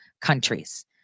countries